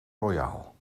royal